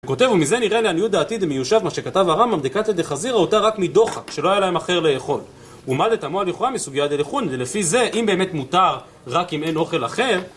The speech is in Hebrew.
הוא כותב, ומזה נראה לעניות דעתי דמיושב, מה שכתב הרמב״ם, דקלתי דחזירא, אותה רק מדוחק, שלא היה להם אחר לאכול. ומה לתמוה לכאורה מסוגיה דלכון, ולפי זה, אם באמת מותר רק אם אין אוכל אחר,